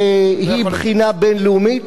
שהיא בחינה בין-לאומית,